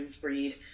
breed